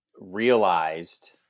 realized